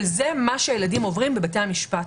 אבל זה מה שהילדים עוברים בבתי המשפט.